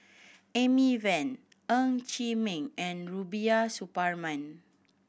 Amy Van Ng Chee Meng and Rubiah Suparman